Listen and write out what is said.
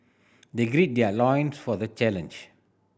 they gird their loins for the challenge